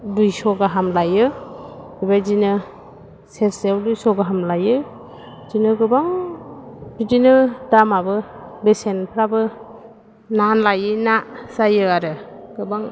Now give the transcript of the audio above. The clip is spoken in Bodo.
दुइस' गाहाम लायो बेबायदिनो सेरसेयाव दुइस' गाहाम लायो बिदिनो गोबां बिदिनो दामाबो बेसेनफ्राबो ना लायै ना जायो आरो गोबां